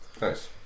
Nice